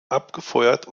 abgefeuert